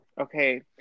Okay